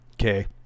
Okay